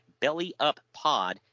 BELLYUPPOD